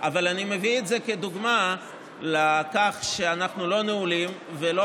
אבל אני מביא את זה כדוגמה לכך שאנחנו לא נעולים ולא